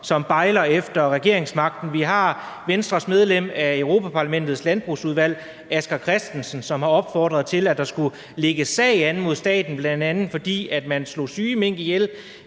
som bejler efter regeringsmagten. Vi har Venstres medlem af Europa-Parlamentets landbrugsudvalg, Asger Christensen, som har opfordret til, at der skulle lægges sag an mod staten, bl.a. fordi man slog syge mink ihjel.